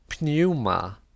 Pneuma